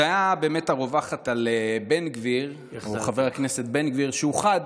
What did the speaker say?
הדעה הרווחת על חבר הכנסת בן גביר היא שהוא חד,